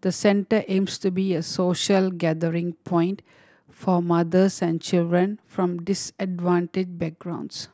the centre aims to be a social gathering point for mothers and children from disadvantaged backgrounds